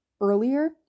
earlier